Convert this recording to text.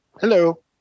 Hello